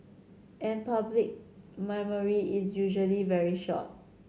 and public memory is usually very short